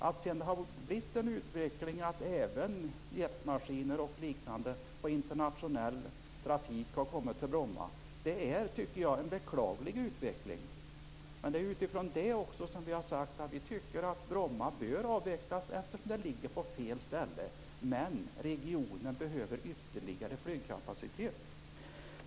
Att det sedan har skett en utveckling där även jetmaskiner och liknande i internationell trafik har kommit till Bromma tycker jag är beklagligt. Det är också utifrån detta vi har sagt att Bromma bör avvecklas, eftersom det ligger på fel ställe. Regionen behöver dock ytterligare flygkapacitet.